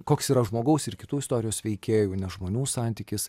koks yra žmogaus ir kitų istorijos veikėjų ne žmonių santykis